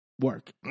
work